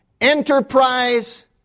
enterprise